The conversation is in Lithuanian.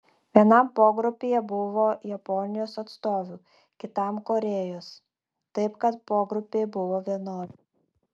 vienam pogrupyje buvo japonijos atstovių kitam korėjos taip kad pogrupiai buvo vienodi